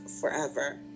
forever